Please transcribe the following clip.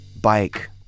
bike